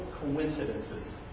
coincidences